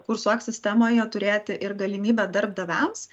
kursuok sistemoje turėti ir galimybę darbdaviams